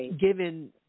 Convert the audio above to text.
given